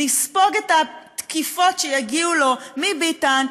לספוג את התקיפות שיגיעו לו מביטן,